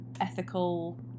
ethical